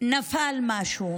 שנפל משהו.